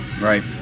Right